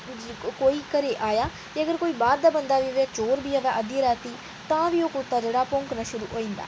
कोई घरै गी आया ते कोई बाह्र दा बंदा बी होए चोर बी होए अध्दी रात्तीं तां बी ओह् कुत्ता जेह्ड़ा भौंकना शूरू होई जंदा